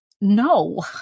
No